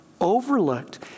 overlooked